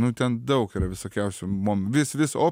nu ten daug yra visokiausių mom vis vis o